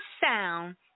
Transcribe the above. sound